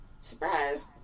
surprise